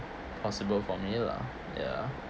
possible for me lah ya